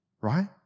right